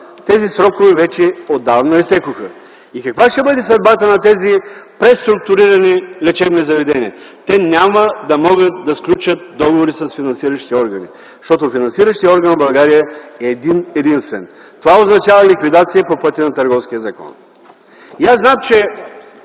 Тези срокове отдавна изтекоха. Каква ще бъде съдбата на тези преструктурирани лечебни заведения? Те няма да могат да сключат договори с финансиращите органи, защото финансиращият орган в България е един-единствен. Това означава ликвидация по пътя на Търговския закон. Аз знам, че